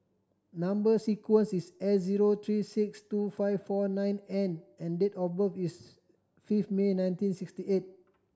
number sequence is S zero three six two five four nine N and date of birth is fifth May nineteen sixty eight